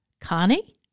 Connie